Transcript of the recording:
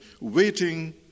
waiting